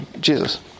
Jesus